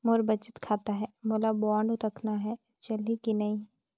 मोर बचत खाता है मोला बांड रखना है चलही की नहीं?